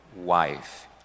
wife